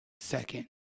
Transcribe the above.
second